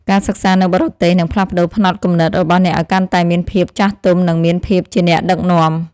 ការសិក្សានៅបរទេសនឹងផ្លាស់ប្តូរផ្នត់គំនិតរបស់អ្នកឱ្យកាន់តែមានភាពចាស់ទុំនិងមានភាពជាអ្នកដឹកនាំ។